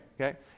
okay